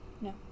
No